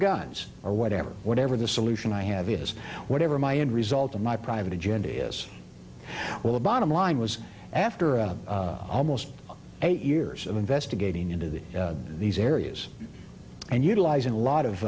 guns or whatever whatever the solution i have is whatever my end result of my private agenda is well the bottom line was after of almost eight years of investigating into the these areas and utilizing a lot of